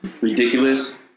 ridiculous